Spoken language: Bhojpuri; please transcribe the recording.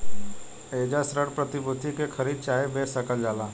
एइजा ऋण प्रतिभूति के खरीद चाहे बेच सकल जाला